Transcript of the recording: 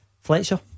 Fletcher